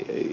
hyvin